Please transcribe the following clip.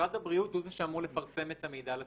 משרד הבריאות הוא זה שאמור לפרסם את המידע לציבור.